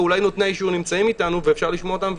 אולי נותני האישור נמצאים איתנו ואפשר לשמוע אותם.